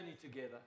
together